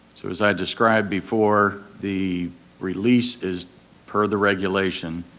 so as i described before, the release is per the regulation,